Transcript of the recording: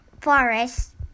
forest